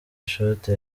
ishoti